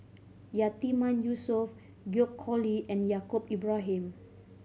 Yatiman Yusof George Collyer and Yaacob Ibrahim